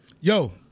Yo